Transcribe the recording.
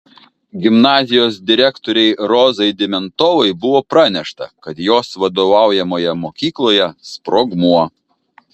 gimnazijos direktorei rozai dimentovai buvo pranešta kad jos vadovaujamoje mokykloje sprogmuo